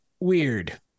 weird